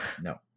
no